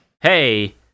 hey